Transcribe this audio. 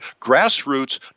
grassroots